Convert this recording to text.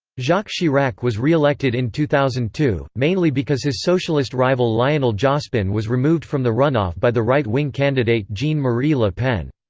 jacques chirac was reelected in two thousand and two, mainly because his socialist rival lionel jospin was removed from the runoff by the right wing candidate jean-marie le pen.